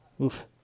Oof